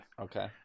Okay